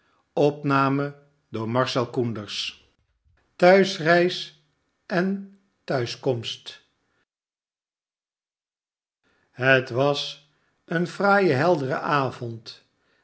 thuisreis en thuiskomst het was een fraaie heldere avond